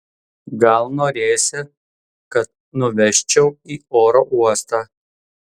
gal norėsi kad nuvežčiau į oro uostą